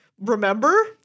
remember